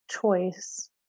choice